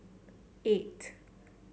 eight